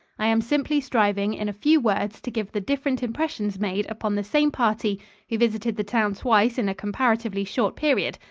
i am simply striving in a few words to give the different impressions made upon the same party who visited the town twice in a comparatively short period,